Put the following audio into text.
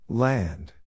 Land